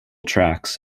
tracks